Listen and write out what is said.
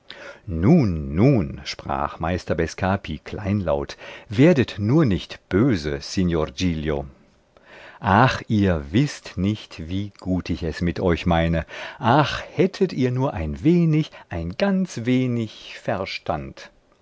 nun nun sprach meister bescapi kleinlaut werdet nur nicht böse signor giglio ach ihr wißt nicht wie gut ich es mit euch meine ach hättet ihr nur ein wenig ein ganz wenig verstand